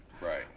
Right